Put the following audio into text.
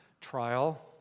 trial